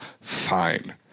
fine